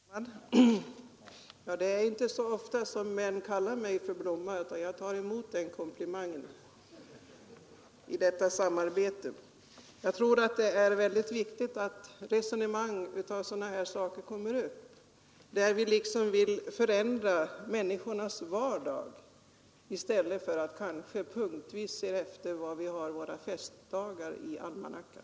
Herr talman! Det är inte så ofta som man kallar mig för blomma, och jag tar emot den komplimangen i detta samarbete. Jag tror att det är väldigt viktigt att ta upp resonamang om hur man vill förändra människornas vardag i stället för att se efter hur vi har det med våra festdagar i almanackan.